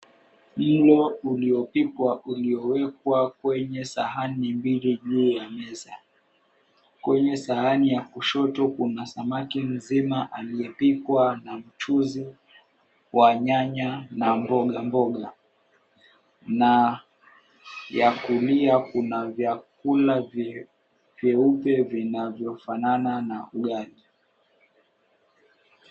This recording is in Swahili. Sima uliopikwa uliowekwa kwenye sahani mbili juu ya meza, kwenye sahani ya kushoto kuna samaki mzima aliyepikwa na mchuzi wa nyanya na mboga mboga na ya kuumia Kuna vyakula vyeupe vinavyo fanana na ugali.